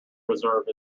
reserve